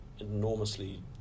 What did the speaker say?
enormously